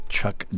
Chuck